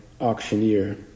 auctioneer